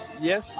yes